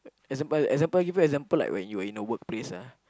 example example give you example like when you are in the workplace ah